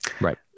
Right